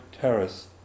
terrace